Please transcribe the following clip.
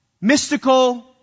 mystical